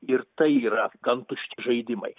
ir tai yra gan tušti žaidimai